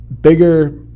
bigger